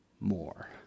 more